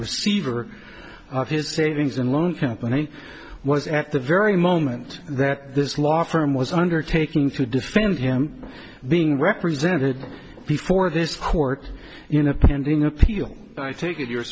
receiver his savings and loan company was at the very moment that this law firm was undertaking to defend him being represented before this court in a pending appeal i take it you